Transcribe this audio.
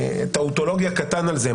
בעיני טאוטולוגיה קטן על זה,